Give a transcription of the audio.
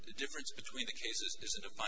the difference between